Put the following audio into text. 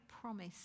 promise